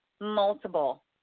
multiple